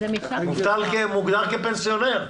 הוא מוגדר כפנסיונר.